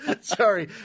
sorry